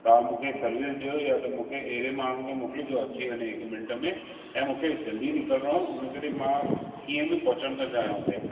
तव्हां मूंखे सर्विस ॾियो या त मूंखे अहिड़े माण्हूअ खे मोकिलियो जो अची वञे हिकु मिंट में ऐं मूंखे जल्दी निकरणो आहे उन करे मां कीअं बि पहुचण थो चाहियां हुते